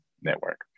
network